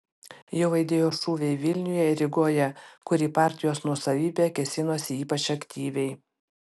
jau aidėjo šūviai vilniuje ir rygoje kur į partijos nuosavybę kėsinosi ypač aktyviai